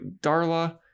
Darla